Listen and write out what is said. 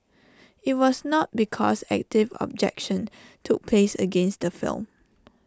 IT was not because active objection took place against the film